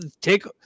Take